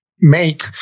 make